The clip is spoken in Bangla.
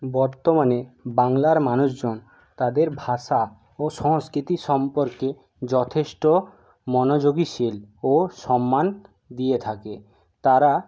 বর্তমানে বাংলার মানুষজন তাদের ভাষা ও সংস্কিতি সম্পর্কে যথেষ্ট মনোযোগীশীল ও সম্মান দিয়ে থাকে তারা